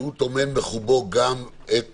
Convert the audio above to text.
שהוא טומן בחובו גם את